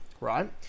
right